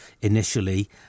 initially